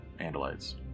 andalites